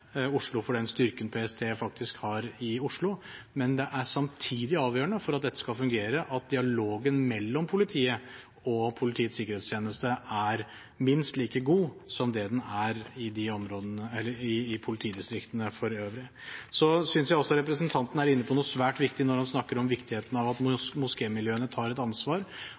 Oslo for den styrken PST faktisk har i Oslo, men det er samtidig avgjørende for at dette skal fungere, at dialogen mellom politiet og Politiets sikkerhetstjeneste er minst like god som det den er i politidistriktene for øvrig. Jeg synes også representanten er inne på noe svært viktig når han snakker om viktigheten av at moskémiljøene tar et ansvar.